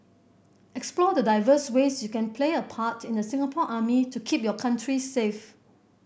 explore the diverse ways you can play a part in the Singapore Army to keep your country safe